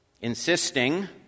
insisting